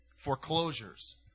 foreclosures